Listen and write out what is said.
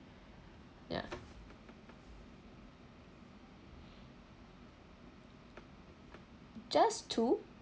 ya just two